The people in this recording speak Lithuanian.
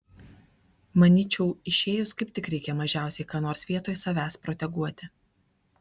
manyčiau išėjus kaip tik reikia mažiausiai ką nors vietoj savęs proteguoti